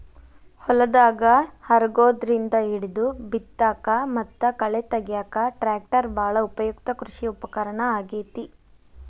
ಹೊಲದಾಗ ಹರಗೋದ್ರಿಂದ ಹಿಡಿದು ಬಿತ್ತಾಕ ಮತ್ತ ಕಳೆ ತಗ್ಯಾಕ ಟ್ರ್ಯಾಕ್ಟರ್ ಬಾಳ ಉಪಯುಕ್ತ ಕೃಷಿ ಉಪಕರಣ ಆಗೇತಿ